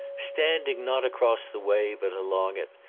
stand ing not across the way but along it,